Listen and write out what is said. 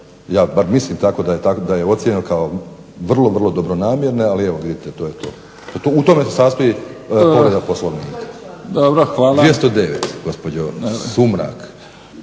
ja bar mislim da je ocijenjeno kao vrlo, vrlo dobronamjerno ali evo vidite to je to. U tome se sastoji povreda POslovnika. **Mimica, Neven (SDP)**